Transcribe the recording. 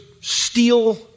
steal